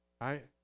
right